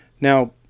Now